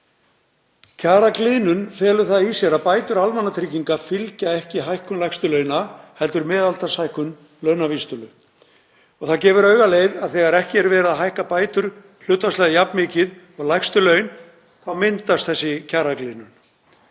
Kjaragliðnun felur það í sér að bætur almannatrygginga fylgja ekki hækkun lægstu launa heldur meðaltalshækkun launavísitölu og það gefur augaleið að þegar ekki er verið að hækka bætur hlutfallslega jafn mikið og lægstu laun þá myndast þessi kjaragliðnun.